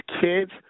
kids